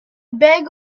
beg